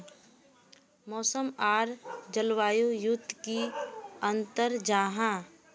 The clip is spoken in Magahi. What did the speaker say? मौसम आर जलवायु युत की अंतर जाहा?